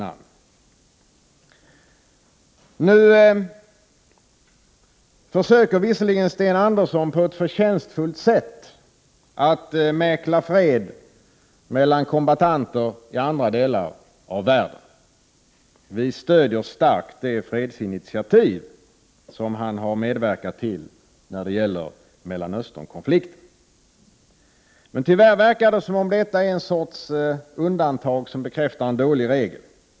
Om säkerhetspolitiken Sten Andersson försöker visserligen på ett förtjänstfullt sätt mäkla fred Ch totalförsvaret mellan kombattanter i andra delar av världen. Vi stöder. starkt det fredsinitiativ som han har medverkat till när det gäller Mellanöstern konflikten. Men tyvärr verkar det vara ett undantag som bekräftar en dålig regel.